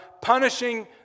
punishing